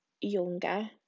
younger